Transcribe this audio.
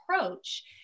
approach